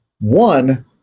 one